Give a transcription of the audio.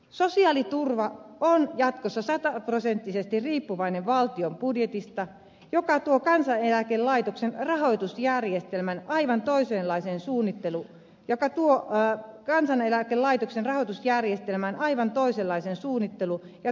sosiaaliturva on jatkossa sataprosenttisesti riippuvainen valtion budjetista mikä tuo kansaneläkelaitoksen rahoitusjärjestelmään aivan toisenlaisen suunnittelu joka tuula kansaneläkelaitoksen rahoitusjärjestelmään aivan toisenlaisen suunnittelu ja toimintamahdollisuuden